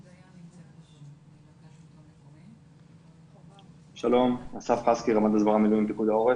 בנוסף הופעלו אקלרים ב-19 רשויות והמספר הולך